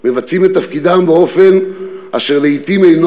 מבצעים את תפקידם באופן אשר לעתים אינו